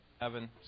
Evan